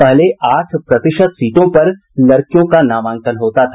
पहले आठ प्रतिशत सीटों पर लड़कियों का नामांकन होता था